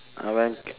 I went